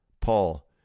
Paul